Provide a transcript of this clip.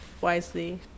wisely